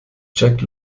jack